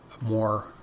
more